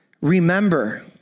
Remember